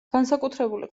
განსაკუთრებული